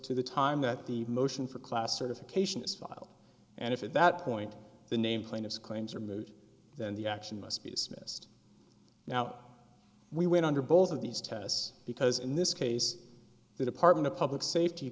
to the time that the motion for class certification is filed and if at that point the name plaintiff's claims are moot than the action must be dismissed now we wait under both of these tests because in this case the department of public safety